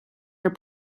are